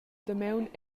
damaun